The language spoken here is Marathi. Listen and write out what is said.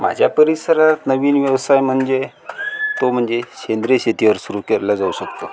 माझ्या परिसरात नवीन व्यवसाय म्हणजे तो म्हणजे सेंद्रिय शेतीवर सुरु केलला जाऊ शकतो